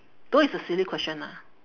though it's a silly question ah